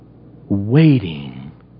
waiting